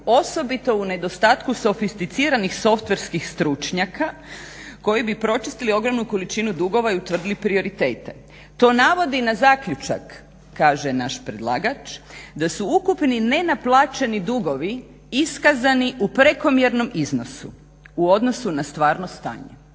osobito u nedostatku sofisticiranih softwarskih stručnjaka koji bi pročistili ogromnu količinu dugova i utvrdili prioritete. To navodi na zaključak, kaže naš predlagač, da su ukupni nenaplaćeni dugovi iskazani u prekomjernom iznosu u odnosu na stvarno stanje